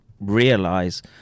realize